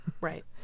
Right